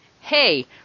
Hey